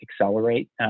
accelerate